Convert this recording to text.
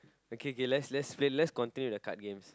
okay okay let's let's play let's continue the card games